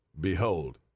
Behold